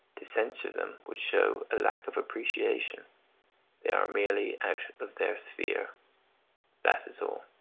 to censure them would show a lack of appreciation they are merely out of their sphere that is all.